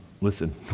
listen